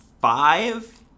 five